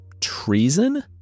Treason